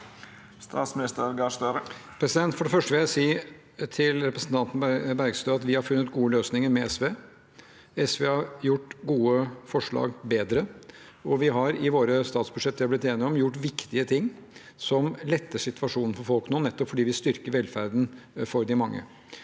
For det første vil jeg si til representanten Bergstø at vi har funnet gode løsninger med SV. SV har gjort gode forslag bedre, og vi har i de statsbudsjetter vi har blitt enige om, gjort viktige ting som letter situasjonen for folk nå, nettopp fordi vi styrker velferden for de mange.